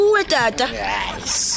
Yes